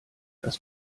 das